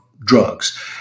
drugs